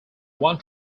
one